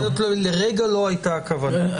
לרגע זאת לא הייתה הכוונה.